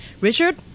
Richard